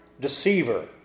deceiver